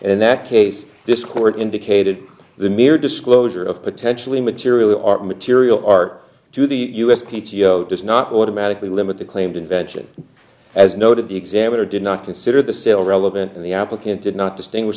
and that case this court indicated the mere disclosure of potentially material or material are to the u s p t o does not automatically limit the claimed invention as noted the examiner did not consider the sale relevant and the applicant did not distinguish